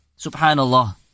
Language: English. Subhanallah